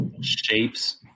Shapes